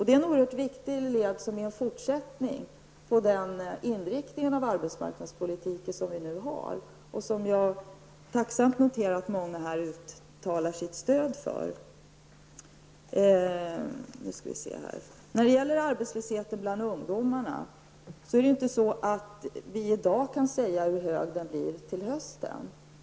Det är en oerhört viktigt fortsättning på den inriktning av arbetsmarknadspolitiken som vi nu har och som jag tacksamt accepterar att många här uttalar sitt stöd för. När det gäller arbetslösheten bland ungdomarna kan vi inte i dag säga hur hög den kommer att bli till hösten.